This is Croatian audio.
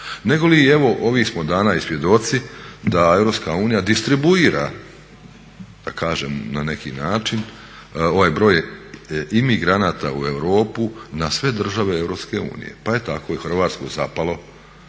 negoli evo ovih smo dana i svjedoci da EU distribuira da kažem na neki način ovaj broj imigranata u Europu na sve države EU. Pa je tako i Hrvatsku zapalo